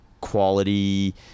quality